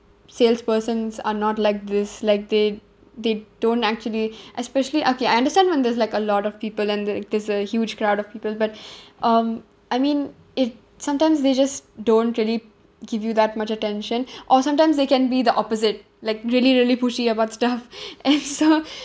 salespersons are not like this like they they don't actually especially okay I understand when there's like a lot of people and the there's a huge crowd of people but um I mean it sometimes they just don't really give you that much attention or sometimes they can be the opposite like really really pushy about stuff and so